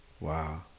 Wow